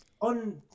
on